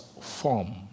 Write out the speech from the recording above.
form